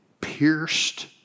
pierced